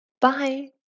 Bye